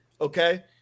Okay